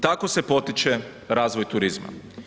Tako se potiče razvoj turizma.